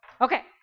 Okay